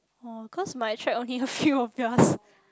oh cause my check only a few of yours